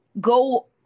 go